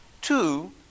Two